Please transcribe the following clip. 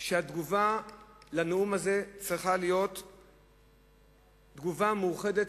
שהתגובה על הנאום הזה צריכה להיות תגובה מאוחדת,